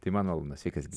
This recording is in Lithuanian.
tai man malonu sveikas gyvas